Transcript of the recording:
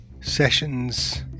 Sessions